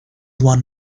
won